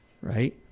right